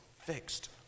fixed